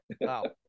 Wow